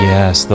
Yes